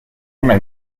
una